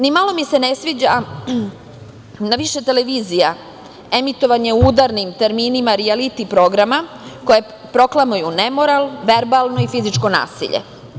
Nimalo mi se ne sviđa na više televizija emitovanje u udarnim terminima rijaliti programa koje proklamuju nemoral, verbalno i fizičko nasilje.